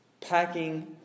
packing